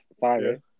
five